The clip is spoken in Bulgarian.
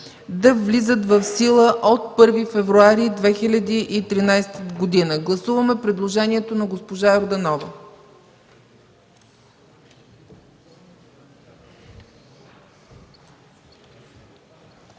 да влизат в сила от 1 февруари 2013 г. Гласуваме предложението на госпожа Йорданова.